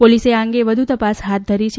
પોલીસે આ અંગે વધુ તપાસ હાથ ધરી છે